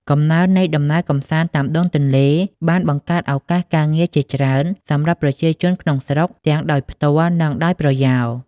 កំណើននៃដំណើរកម្សាន្តតាមដងទន្លេ បានបង្កើតឱកាសការងារជាច្រើនសម្រាប់ប្រជាជនក្នុងស្រុក ទាំងដោយផ្ទាល់ និងដោយប្រយោល។